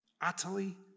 Utterly